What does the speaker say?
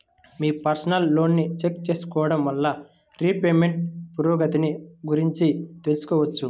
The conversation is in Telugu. మీ పర్సనల్ లోన్ని చెక్ చేసుకోడం వల్ల రీపేమెంట్ పురోగతిని గురించి తెలుసుకోవచ్చు